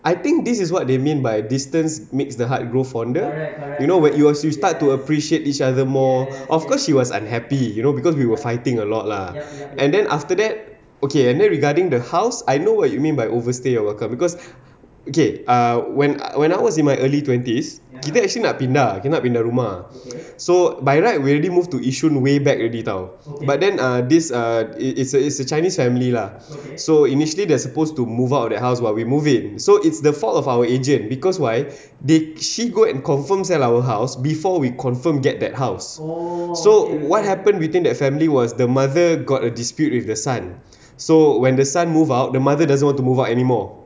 I think this is what they mean by distance makes the heart grow fonder right you know when you was you start to appreciate each other more of course she was unhappy you know because we were fighting a lot lah and then after that okay and then regarding the house I know what you mean by overstayed your welcome because okay uh when when I was in my early twenties kita actually nak pindah kita nak pindah rumah so by right we already moved to yishun way back already [tau] but then err this err it~ it~ it's a it's a chinese family lah so initially they're supposed to move out of their house while we move it so it's the fault of our agent because why did she go and confirm sell our house before we confirm get that house so what happen between that family was the mother got a dispute with the son so when the son move out the mother doesn't want to move out anymore